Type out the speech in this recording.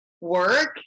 work